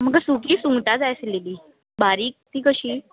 म्हाका सुकी सुंगटां जाय आसलेलीं बारीक तीं कशीं